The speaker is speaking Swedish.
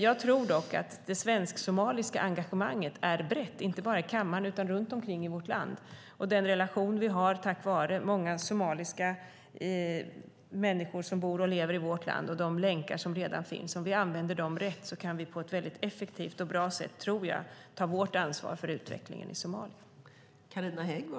Jag tror att det svensk-somaliska engagemanget är brett, inte bara i kammaren utan runt omkring i vårt land. Om vi använder den relation vi har tack vare de många somaliska människor som bor och lever i vårt land och använder de länkar som redan finns tror jag att vi på ett väldigt effektivt och bra sätt kan ta vårt ansvar för utvecklingen i Somalia.